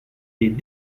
des